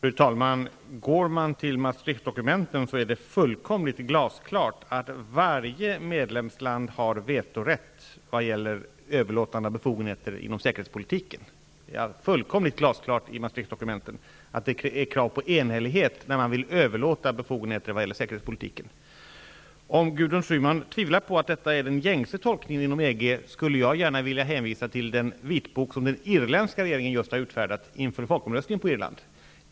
Fru talman! Om man går till Maastrichtdokumenten, finner man att det är fullkomligt glasklart att varje medlemsland har vetorätt när det gäller överlåtande av befogenheter inom säkerhetspolitiken. I dessa dokument framgår det helt klart att det är krav på enhällighet när man vill överlåta befogenheter när det gäller säkerhetspolitiken. Om Gudrun Schyman tvivlar på att detta är den gängse tolkningen inom EG, skulle jag gärna vilja hänvisa till den vitbok som den irländska regeringen just har utfärdat inför folkomröstningen på Irland.